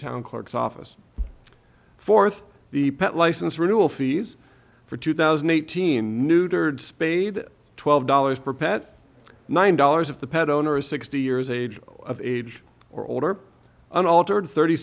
town clerk's office fourth the pet license renewal fees for two thousand and eighteen neutered spayed twelve dollars per pet nine dollars if the pet owner is sixty years age of age or older and altered thirty